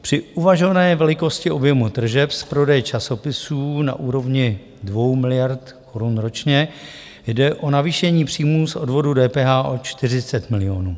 Při uvažované velikosti objemu tržeb z prodeje časopisů na úrovni dvou miliard korun ročně jde o navýšení příjmů z odvodů DPH o 40 milionů.